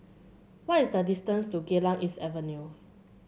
what is the distance to Geylang East Avenue